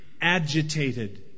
agitated